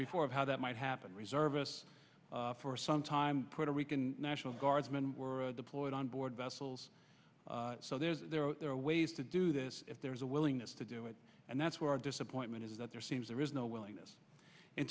before of how that might happen reservists for some time puerto rican national guardsmen were deployed on board vessels so there's there are ways to do this if there's a willingness to do it and that's where our disappointment is that there seems there is no willingness in